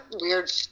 weird